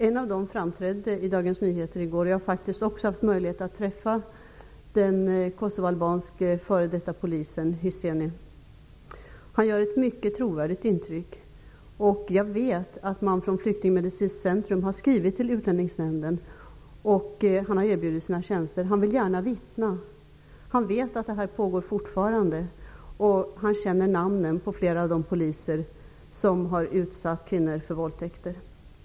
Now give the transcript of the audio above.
Ett vittne framträdde i Dagens Nyheter i går. Jag har faktiskt haft möjlighet att träffa den kosovoalbanske före detta polisen Ramadan Hyseini. Han gör ett mycket trovärdigt intryck. Jag vet att man från Flyktingmedicinskt centrum har skrivit till Utlänningsnämnden. Hyseini har erbjudit sina tjänster. Han vill gärna vittna. Han vet att våldtäkter förekommer fortfarande. Han känner till namnen på flera av de poliser som har utsatt kvinnor för våldtäkter.